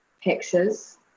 pictures